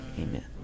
Amen